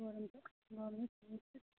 गरम छ गरमै छ यहाँ त